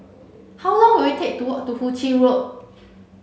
how long will it take to walk to Hu Ching Road